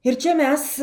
ir čia mes